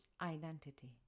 identity